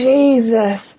Jesus